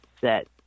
set